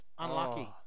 unlucky